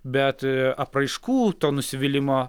bet apraiškų to nusivylimo